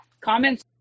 comments